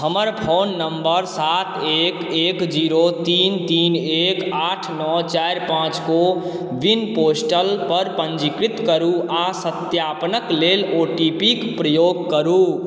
हमर phone number सात एक एक जीरो तीन तीन एक आठ नओ चारि पाँच कोविन पोर्टलपर पञ्जीकृत करू आओर सत्यापनके लेल ओटीपीके प्रयोग करू